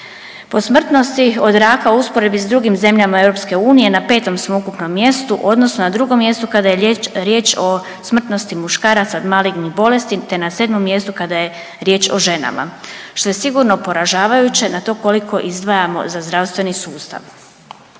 Po smrtnosti od raka u usporedbi s drugim zemljama EU na 5 smo ukupno mjestu odnosno na 2 mjestu kada je riječ o smrtnosti muškaraca od malignih bolesti te na 7 mjestu kada je riječ o ženama što je sigurno poražavajuće na to koliko izdvajamo za zdravstveni sustav.